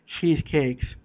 cheesecakes